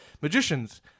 Magicians